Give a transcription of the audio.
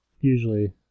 Usually